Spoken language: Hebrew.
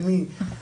למי.